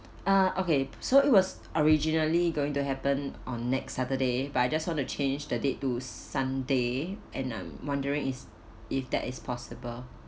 uh okay so it was originally going to happen on next saturday but I just want to change the date to sunday and I'm wondering is if that is possible